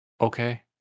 Okay